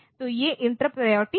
तो ये interrupt priority हैं